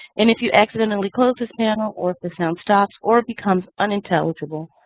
and if you accidentally close this panel or if the sound stops or becomes unintelligible,